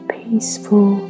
peaceful